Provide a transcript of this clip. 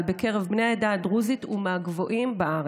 בקרב בני העדה הדרוזית הוא מהגבוהים בארץ.